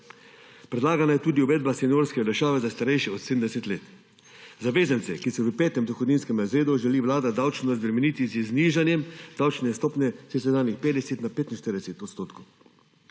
Predlagana je tudi uvedba seniorske olajšave za starejše od 70 let. Zavezance, ki so v petem dohodninskem razredu, želi Vlada davčno razbremeniti z znižanjem davčne stopnje s sedanjih